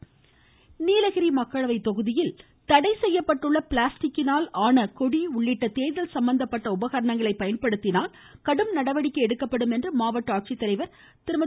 தேர்தல் நீலகிரி நீலகிரி மக்களவை தொகுதியில் தடை செய்யப்பட்டுள்ள பிளாஸ்டிக்கினால் ஆன கொடி உள்ளிட்ட தேர்தல் சம்பந்தப்பட்ட உபகரணங்களை பயன்படுத்தினால் கடும நடவடிக்கை எடுக்கப்படும் என மாவட்ட ஆட்சித்தலைவர் திருமதி